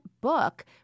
book